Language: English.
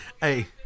Hey